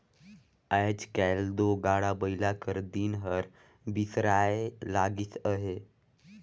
आएज काएल दो गाड़ा बइला कर दिन हर बिसराए लगिस अहे